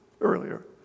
earlier